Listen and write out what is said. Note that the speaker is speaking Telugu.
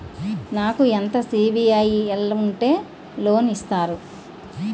నాకు ఎంత సిబిఐఎల్ ఉంటే లోన్ ఇస్తారు?